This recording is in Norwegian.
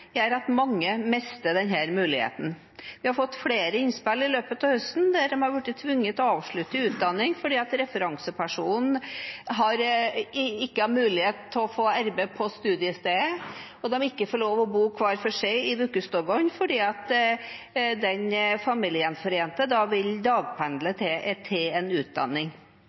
at mange mister denne muligheten. Vi har fått flere innspill i løpet av høsten om at man har blitt tvunget til å avslutte utdanning fordi referansepersonen ikke har mulighet til å få arbeid på studiestedet, og de ikke får lov til å bo hver for seg i ukedagene fordi den familiegjenforente da vil dagpendle til en utdanning.